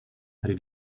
hari